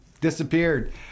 disappeared